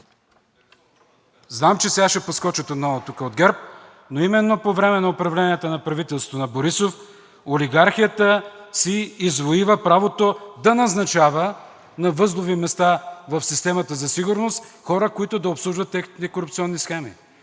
Знам, че сега ще подскочат отново тук от ГЕРБ, но именно по време на управлението на правителството на Борисов олигархията си извоюва правото да назначава на възлови места в системата за сигурност хора, които да обслужват техните корупционни схеми.